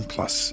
Plus